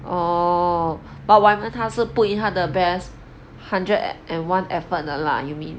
orh but waiman 他是 put in 他的 best hundred and one effort 的 lah you mean